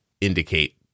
indicate